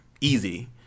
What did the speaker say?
Easy